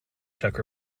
czech